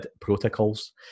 protocols